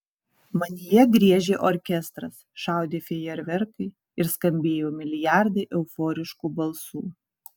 manyje griežė orkestras šaudė fejerverkai ir skambėjo milijardai euforiškų balsų